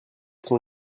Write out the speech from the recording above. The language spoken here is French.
son